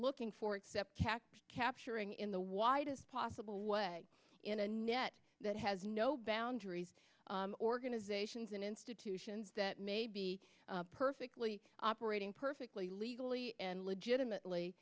looking for except capturing in the widest possible way in a net that has no boundaries organizations and institutions that may be perfectly operating perfectly legally and legitimately